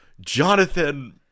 Jonathan